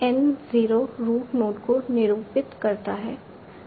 n 0 root node को निरूपित करता है